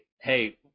hey –